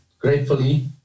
gratefully